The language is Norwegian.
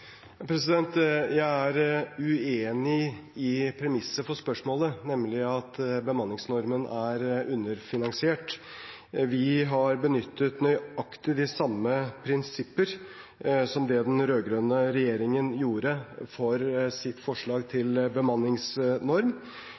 Jeg er uenig i premisset for spørsmålet, nemlig at bemanningsnormen er underfinansiert. Vi har benyttet nøyaktig de samme prinsipper som den rød-grønne regjeringen benyttet for sitt forslag til bemanningsnorm.